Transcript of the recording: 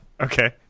Okay